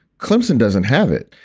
clemson doesn't have it.